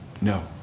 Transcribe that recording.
No